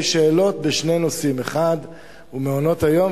שאלות בשני נושאים: האחד הוא מעונות-היום,